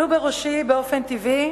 עלו בראשי באופן טבעי